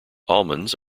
almonds